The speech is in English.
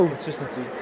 Consistency